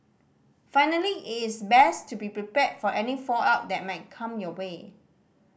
finally it's best to be prepared for any fallout that might come your way